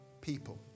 people